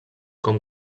com